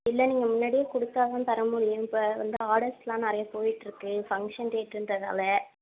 இல்லை நீங்கள் முன்னாடியே கொடுத்தாதா தர முடியும் இப்போ வந்து ஆர்டர்ஸ்லாம் நிறையா போயிட்டுருக்கு ஃபங்ஷன் டேட்டுன்றதுனால